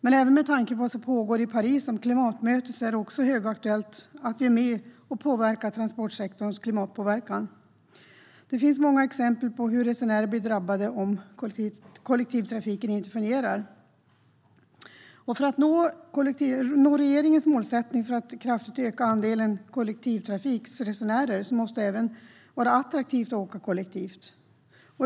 Med tanke på klimatmötet, som pågår i Paris, är det också högaktuellt att vi är med och påverkar transportsektorns klimatpåverkan. Det finns många exempel på hur resenärer blir drabbade om kollektivtrafiken inte fungerar. För att man ska nå regeringens målsättning att kraftigt öka andelen kollektivtrafikresenärer måste det även vara attraktivt att åka kollektivt.